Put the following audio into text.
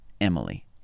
Emily